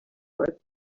might